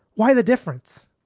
why the difference?